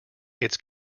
its